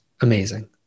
amazing